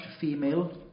female